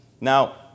Now